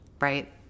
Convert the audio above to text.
right